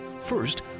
First